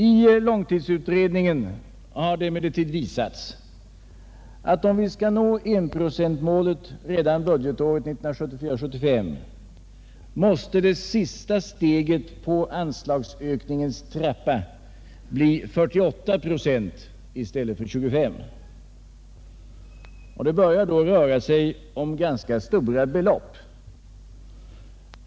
I långtidsutredningen har det emellertid visats, att om vi skall nå 1-procentsmålet redan budgetåret 1974/75 måste det sista steget på anslagsökningens trappa bli 48 procent i stället för 25, och då börjar det röra sig om ganska stora belopp.